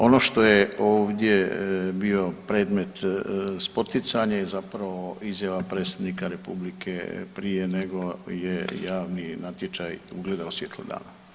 Ono što je ovdje bio predmet spoticanja je zapravo izjava predsjednika Republike prije nego je javni natječaj ugledao svjetlo dana.